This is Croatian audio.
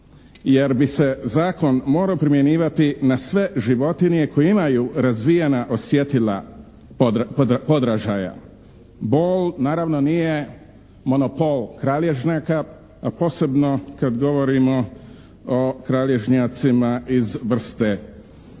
jer bi se zakon morao primjenjivati na sve životinje koje imaju razvijena osjetila podražaja. Bol naravno nije monopol kralježnjaka, posebno kad govorimo o kralježnjacima iz vrste čovjeka.